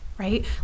right